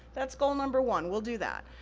that's goal number one, we'll do that.